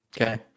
Okay